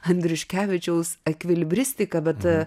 andriuškevičiaus ekvilibristika bet